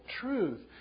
truth